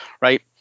right